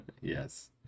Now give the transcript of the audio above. Yes